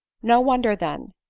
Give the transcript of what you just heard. no wonder then,